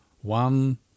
one